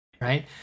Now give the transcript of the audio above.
Right